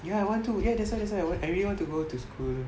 ya I want to ya that's why that's why I what I really want to go to school